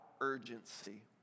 urgency